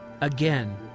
again